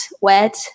wet